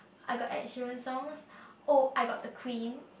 I got Ed-Sheeran songs oh I got the Queen